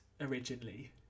originally